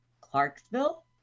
Clarksville